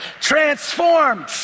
Transformed